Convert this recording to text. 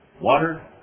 water